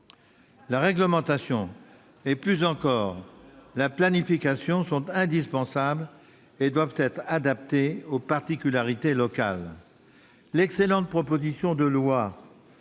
La réglementation et plus encore la planification sont indispensables et doivent être adaptées aux particularités locales. L'excellente proposition de loi